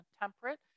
temperate